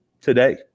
today